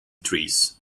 trees